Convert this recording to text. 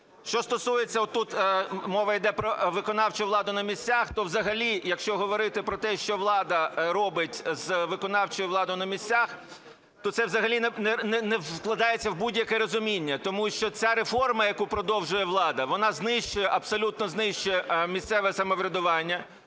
Що стосується, тут мова йде про виконавчу владу на місцях, то взагалі, якщо говорити про те, що влада робить з виконавчою владою на місцях, то це взагалі не вкладається в будь-яке розуміння, тому що ця реформа, яку продовжує влада, вона знищує, абсолютно знищує місцеве самоврядування,